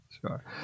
Sure